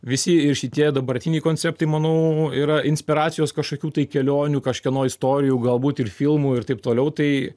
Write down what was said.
visi ir šitie dabartiniai konceptai manau yra inspiracijos kažkokių tai kelionių kažkieno istorijų galbūt ir filmų ir taip toliau tai